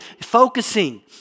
focusing